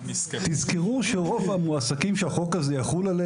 תזכרו שרוב המועסקים שהחוק הזה יחול עליה